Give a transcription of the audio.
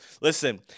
listen